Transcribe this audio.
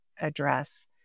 address